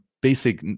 basic